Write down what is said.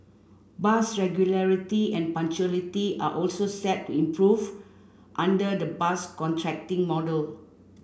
bus regularity and punctuality are also set to improve under the bus contracting model